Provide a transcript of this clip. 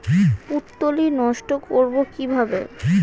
পুত্তলি নষ্ট করব কিভাবে?